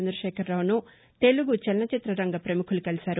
చంద్రశేఖరరావును తెలుగు చలనచిత్ర రంగ ప్రముఖులు కలిశారు